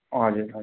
हजुर हजुर